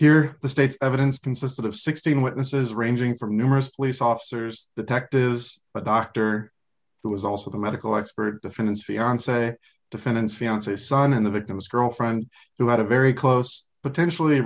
here the state's evidence consisted of sixteen witnesses ranging from numerous police officers that ect is but dr who is also the medical expert defendant's fiance defendant's fiance son and the victim's girlfriend who had a very close potentially